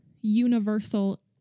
universal